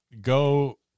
go